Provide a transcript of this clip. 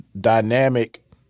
dynamic